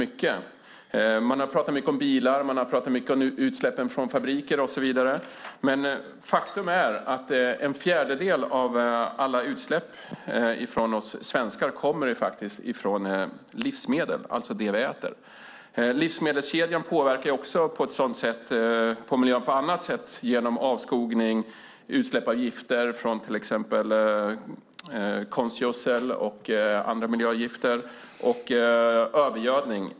Man har talat mycket om bilar, om utsläppen från fabriker och så vidare, men faktum är att en fjärdedel av alla utsläpp i Sverige kommer från livsmedel, alltså från det vi äter. Livsmedelskedjan påverkar miljön också på annat sätt, bland annat genom avskogning, genom utsläpp av gifter från konstgödsel och av andra miljögifter samt inte minst genom övergödning.